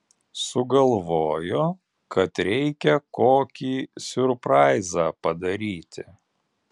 sugalvojo kad reikia kokį siurpraizą padaryti